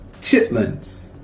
chitlins